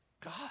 God